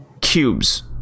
cubes